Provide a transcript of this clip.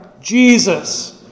Jesus